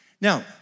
Now